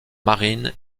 marine